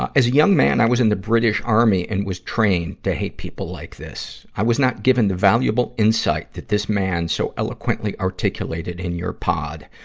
ah as a young man, i was in the british army and was trained to hate people like this. i was not given the valuable insight that this man so eloquently articulated in your pod.